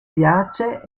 piace